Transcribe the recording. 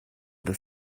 the